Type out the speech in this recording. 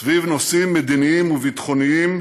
סביב נושאים מדיניים וביטחוניים,